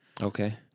Okay